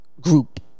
group